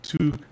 two